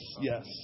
Yes